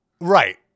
Right